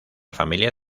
familia